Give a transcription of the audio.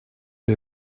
для